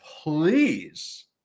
please